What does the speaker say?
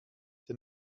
der